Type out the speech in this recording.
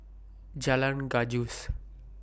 Jalan Gajus